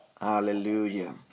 Hallelujah